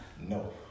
No